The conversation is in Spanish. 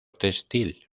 textil